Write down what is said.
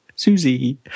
Susie